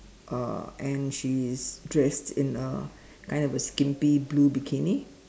uh and she's dressed in a kind of a skimpy blue bikini